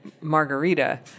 margarita